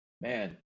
man